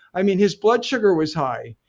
i mean his blood sugar was high.